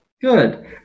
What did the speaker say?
Good